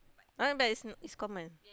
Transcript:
uh but it's not it's common